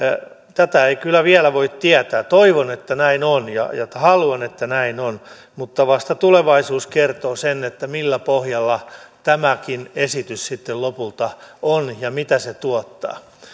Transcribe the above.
tätä ei kyllä vielä voi tietää toivon että näin on ja haluan että näin on mutta vasta tulevaisuus kertoo sen millä pohjalla tämäkin esitys sitten lopulta on ja mitä se tuottaa